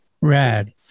Rad